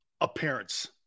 appearance